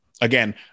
Again